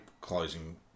closing